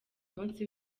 munsi